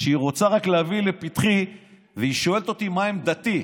שהיא רק רוצה להביא לפתחי והיא שואלת אותי מה עמדתי,